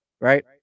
right